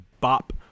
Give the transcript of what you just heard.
bop